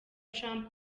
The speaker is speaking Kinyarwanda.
trump